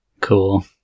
Cool